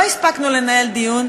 לא הספקנו לנהל דיון,